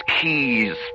keys